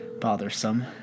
Bothersome